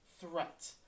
threat